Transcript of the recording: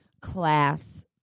class